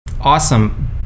awesome